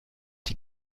die